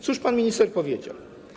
Cóż pan minister powiedział?